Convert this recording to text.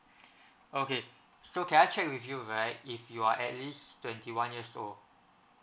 okay so can I check with you right if you are at least twenty one years old